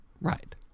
Right